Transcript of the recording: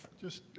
just